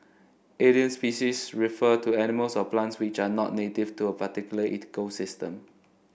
alien species refer to animals or plants which are not native to a particular ecosystem